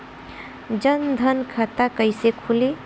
जनधन खाता कइसे खुली?